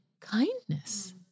kindness